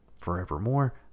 forevermore